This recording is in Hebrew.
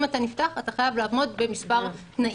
אם אתה נפתח, אתה חייב לעמוד במספר תנאים.